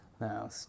Now